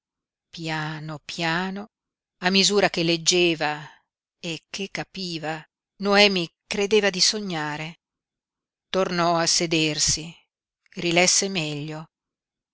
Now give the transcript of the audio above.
piano piano a misura che leggeva e che capiva noemi credeva di sognare tornò a sedersi rilesse meglio